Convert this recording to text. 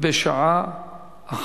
אם כן,